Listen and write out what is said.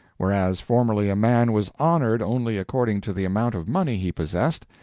whereas formerly a man was honored only according to the amount of money he possessed,